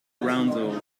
roundel